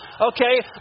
Okay